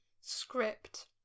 script